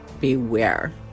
beware